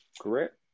Correct